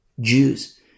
Jews